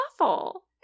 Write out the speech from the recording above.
awful